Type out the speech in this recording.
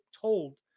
told